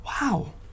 Wow